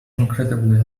incredibly